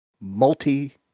multi